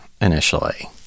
initially